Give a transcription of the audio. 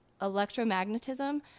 electromagnetism